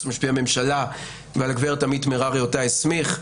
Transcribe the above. המשפטי לממשלה והגברת עמית מררי אותה הסמיך,